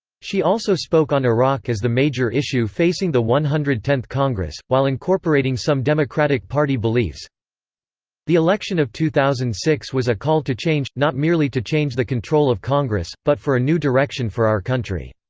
she also spoke on iraq as the major issue facing the one hundred and tenth congress, while incorporating some democratic party beliefs the election of two thousand and six was a call to change not merely to change the control of congress, but for a new direction for our country.